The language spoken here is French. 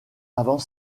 avant